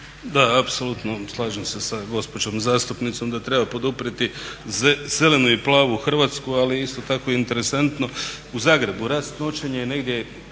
Da, apsolutno slažem se sa gospođom zastupnicom da treba poduprijeti zelenu i plavu Hrvatsku, ali je isto tako interesantno u Zagrebu rast noćenja je negdje